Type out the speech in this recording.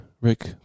Rick